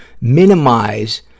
minimize